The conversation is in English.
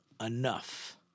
enough